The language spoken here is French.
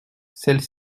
celles